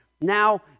Now